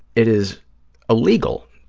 it is illegal.